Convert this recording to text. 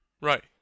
Right